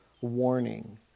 warning